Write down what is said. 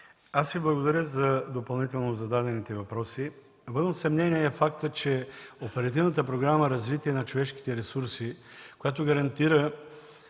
аз Ви благодаря за допълнително зададените въпроси. Вън от съмнение е фактът, че Оперативната програма „Развитие на човешките ресурси”, която гарантира